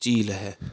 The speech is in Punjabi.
ਝੀਲ ਹੈ